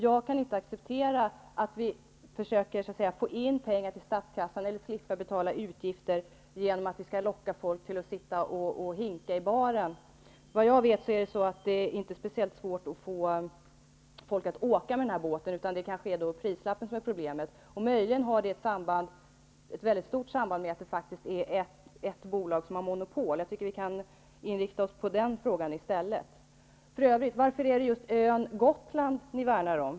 Jag kan inte acceptera att vi försöker få in pengar till statskassan och slippa betala olika utgifter genom att locka folk till att sitta och ''hinka'' i baren. Såvitt jag vet är det inte speciellt svårt att få folk att åka med dessa båtar, utan det kanske är prislappen som är problemet. Möjligen har det ett väldigt starkt samband med att det faktiskt bara är ett bolag, som har monopol. Jag tycker att vi skall inrikta oss på den frågan i stället. Varför är det för övrigt just Gotland ni värnar om?